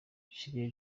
nshimiye